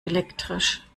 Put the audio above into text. elektrisch